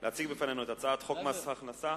להציג בפנינו את הצעת חוק מס הכנסה